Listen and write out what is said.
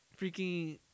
Freaking